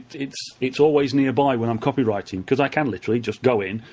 it's it's always nearby when i'm copywriting, because i can literally just go in,